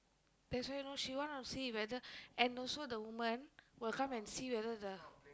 there's why no she want to see whether and also the woman will come and see whether the